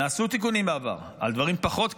נעשו תיקונים בעבר על דברים פחות כלליים,